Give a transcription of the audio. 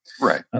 Right